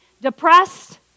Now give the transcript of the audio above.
depressed